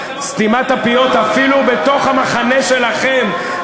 סתימת הפיות אפילו בתוך המחנה שלכם,